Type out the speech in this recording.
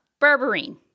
Berberine